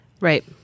Right